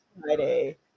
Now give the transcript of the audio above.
Friday